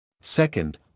Second